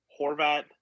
Horvat